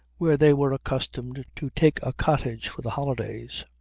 where they were accustomed to take a cottage for the holidays.